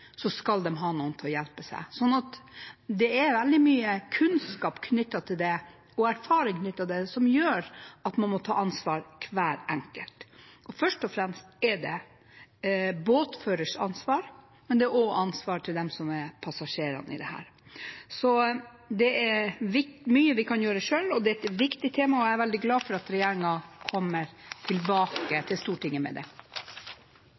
Så det er veldig mye kunnskap og erfaring knyttet til dette som viser at hver enkelt må ta ansvar. Først og fremst er det båtførers ansvar, men det er også passasjerenes ansvar. Det er mye vi kan gjøre selv, det er et viktig tema, og jeg er veldig glad for at regjeringen kommer tilbake til Stortinget med det.